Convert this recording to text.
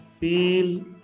Feel